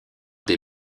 des